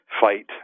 fight